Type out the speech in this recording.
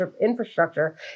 infrastructure